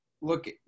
look